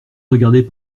regardait